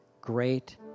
great